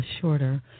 shorter